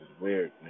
weird